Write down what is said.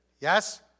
Yes